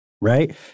right